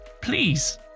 please